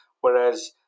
whereas